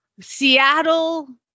Seattle